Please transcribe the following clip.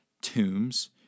tombs